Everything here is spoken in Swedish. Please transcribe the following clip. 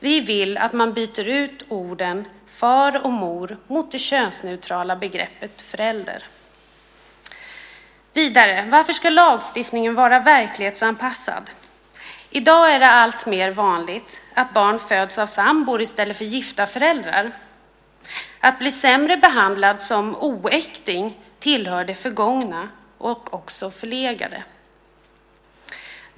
Vi vill att man byter ut orden "far" och "mor" mot det könsneutrala begreppet "förälder". Vidare: Varför ska lagstiftningen vara verklighetsanpassad? I dag är det alltmer vanligt att barn föds av sambor i stället för gifta föräldrar. Att bli sämre behandlad som oäkting tillhör det förgångna och det förlegade.